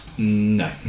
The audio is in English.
no